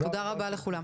תודה רבה לכולם.